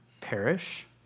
perish